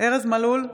ארז מלול,